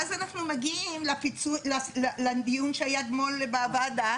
ואז אנחנו מגיעים לדיון שהיה אתמול בוועדה,